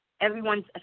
everyone's